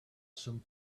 some